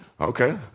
okay